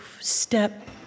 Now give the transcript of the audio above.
step